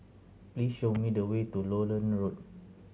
please show me the way to Lowland Road